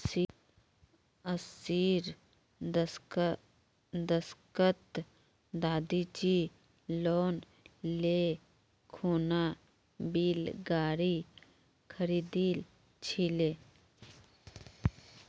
अस्सीर दशकत दादीजी लोन ले खूना बैल गाड़ी खरीदिल छिले